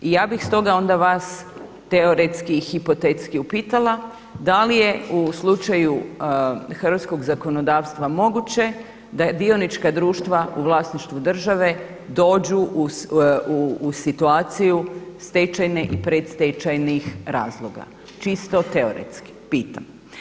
I ja bih stoga onda vas teoretski i hipotetski upitala da li je u slučaju hrvatskog zakonodavstva moguće da dionička društva u vlasništvu države dođu u situaciju stečajne i predstečajnih razloga čisto teoretski pitam?